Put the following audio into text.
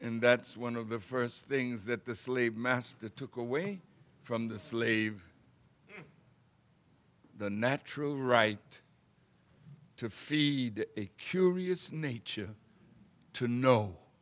and that's one of the first things that the slave master took away from the slave the natural right to feed a curious nature to know